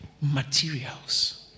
materials